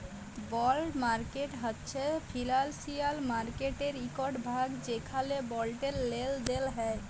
বল্ড market হছে financial মার্কেটের ইকট ভাগ যেখালে বল্ডের লেলদেল হ্যয়